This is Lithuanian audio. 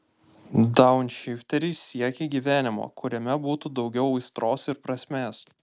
daunšifteriai siekia gyvenimo kuriame būtų daugiau aistros ir prasmės